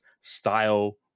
style